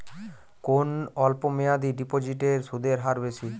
কোন অল্প মেয়াদি ডিপোজিটের সুদের হার বেশি?